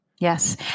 yes